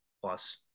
plus